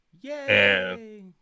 Yay